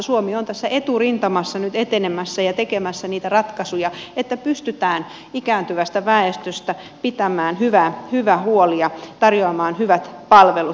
suomi on tässä eturintamassa nyt etenemässä ja tekemässä niitä ratkaisuja niin että pystytään ikääntyvästä väestöstä pitämään hyvä huoli ja tarjoamaan hyvät palvelut